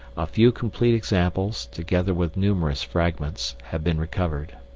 a few complete examples, together with numerous fragments, have been recovered.